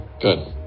Good